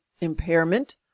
impairment